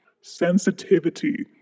Sensitivity